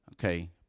Okay